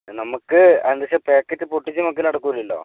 നമുക്ക് എന്താ വെച്ചാൽ പാക്കറ്റ് പൊട്ടിച്ച് നോക്കൽ നടക്കില്ലല്ലോ